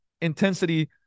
intensity